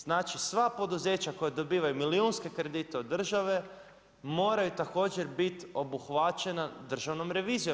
Znači sva poduzeća koja dobivaju milijunske kredite od države moraju također biti obuhvaćena Državnom revizijom.